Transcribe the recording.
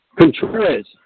Contreras